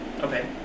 Okay